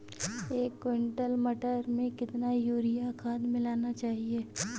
एक कुंटल मटर में कितना यूरिया खाद मिलाना चाहिए?